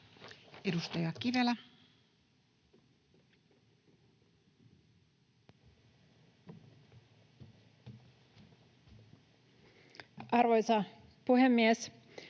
edustaja Ohisalo. Arvoisa puhemies!